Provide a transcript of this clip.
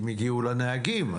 הם הגיעו לנהגים,